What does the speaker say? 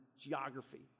geography